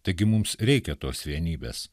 taigi mums reikia tos vienybės